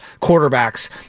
quarterbacks